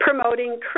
promoting